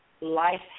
life